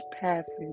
passage